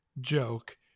joke